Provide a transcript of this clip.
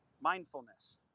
mindfulness